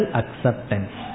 acceptance